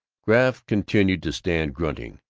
graff continued to stand, grunting,